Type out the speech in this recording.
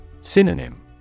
Synonym